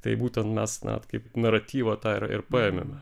tai būtent mes na kaip naratyvą tą ir paėmėme